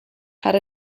had